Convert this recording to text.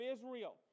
Israel